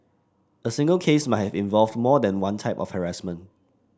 a single case might have involved more than one type of harassment